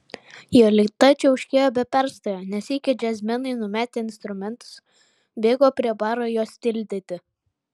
jolita čiauškėjo be perstojo ne sykį džiazmenai numetę instrumentus bėgo prie baro jos tildyti